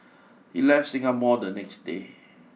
he left Singapore the next day